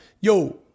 Yo